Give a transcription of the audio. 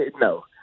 No